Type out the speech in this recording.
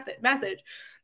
message